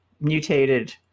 mutated